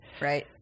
Right